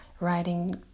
writing